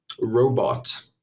robot